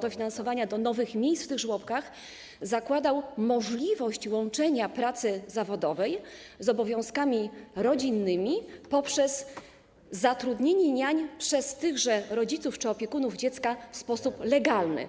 dofinansowania do nowych miejsc w tych żłobkach zakładał możliwość łączenia pracy zawodowej z obowiązkami rodzinnymi poprzez zatrudnienie niań przez tychże rodziców czy opiekunów dziecka w sposób legalny.